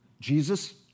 Jesus